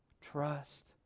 trust